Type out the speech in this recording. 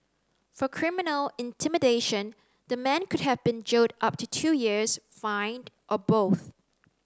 for criminal intimidation the man could have been jailed up to two years fined or both